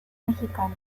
mexicano